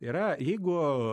yra jeigu